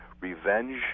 Revenge